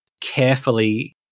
carefully